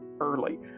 early